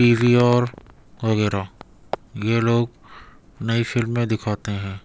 پی V R وغیرہ یہ لوگ نئی فلمیں دکھاتے ہیں